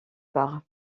par